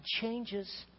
changes